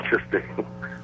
interesting